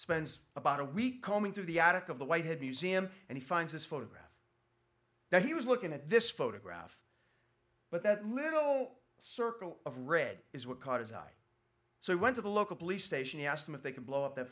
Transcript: spends about a week combing through the attic of the whitehead museum and he finds this photograph that he was looking at this photograph but that little circle of red is what caught his eye so he went to the local police station and asked them if they can blow up that